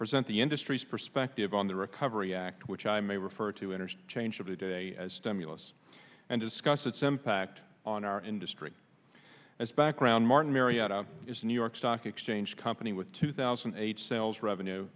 present the industry's perspective on the recovery act which i may refer to energy change of the day as stimulus and discuss its impact on our industry as background martin marietta is a new york stock exchange company with two thousand and eight sales revenue